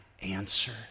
answer